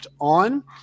On